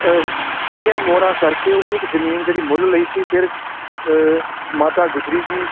ਖੜ੍ਹੀਆਂ ਮੋਹਰਾਂ ਕਰਕੇ ਓਨੀ ਕੁ ਜ਼ਮੀਨ ਜਿਹੜੀ ਮੁੱਲ ਲਈ ਸੀ ਫਿਰ ਮਾਤਾ ਗੁਜਰੀ ਜੀ